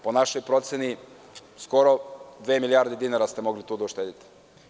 Po našoj proceni skoro dve milijarde dinara ste mogli tu da uštedite.